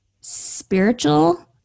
spiritual